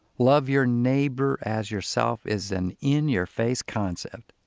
love your neighbor as yourself is an in-your-face concept.